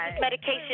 medication